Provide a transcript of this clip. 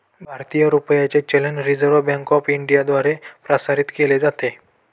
भारतीय रुपयाचे चलन रिझर्व्ह बँक ऑफ इंडियाद्वारे प्रसारित केले जाते